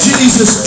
Jesus